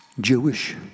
Jewish